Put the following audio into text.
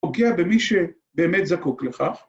פוגע במי שבאמת זקוק לכך.